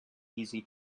easy